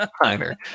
minor